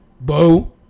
Bo